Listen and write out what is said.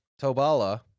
Tobala